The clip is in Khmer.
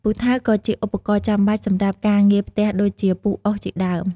ពូថៅក៏ជាឧបករណ៍ចាំបាច់សម្រាប់ការងារផ្ទះដូចជាពុះអុស ជាដើម។